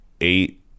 eight